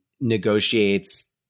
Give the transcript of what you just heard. negotiates